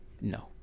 No